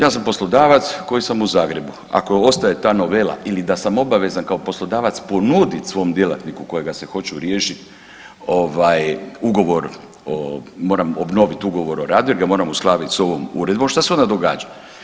Ja sam poslodavac koji sam u Zagrebu, ako ostaje ta novela ili da sam obavezan kao poslodavac ponudit svom djelatniku kojega se hoću riješit ugovor moram obnoviti ugovor o radu jer ga moram uskladit s ovom uredbom šta se onda događa?